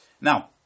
Now